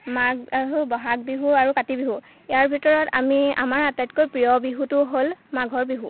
মাঘ বিহু বহাগ বিহু আৰু কাতি বিহু ইয়াৰ ভিতৰত আমি আমাৰ আটাইতকৈ প্ৰিয় বিহুটো হ'ল মাঘৰ বিহু